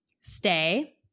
Stay